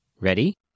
Ready